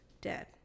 dead